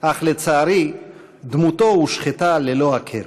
אך לצערי דמותו הושחתה ללא הכר.